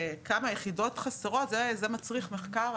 כמה יחידות חסרות, זה מצריך מחקר.